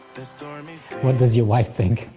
what does your wife think?